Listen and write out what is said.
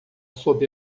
sob